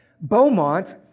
Beaumont